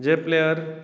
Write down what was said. जे player